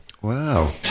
Wow